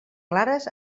clares